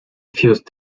fused